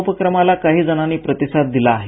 या उपक्रमाला काही जणांनी प्रतिसाद दिला आहे